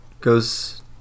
goes